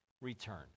return